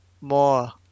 more